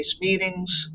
meetings